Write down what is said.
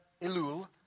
Elul